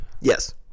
Yes